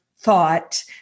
Thought